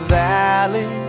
valley